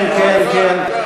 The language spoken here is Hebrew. כן, כן, כן.